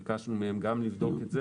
ביקשנו מהם גם לבדוק את זה.